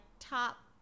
top